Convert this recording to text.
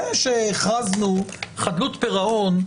זה שהכרזנו חדלות פירעון,